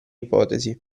ipotesi